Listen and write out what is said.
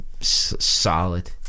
solid